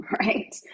right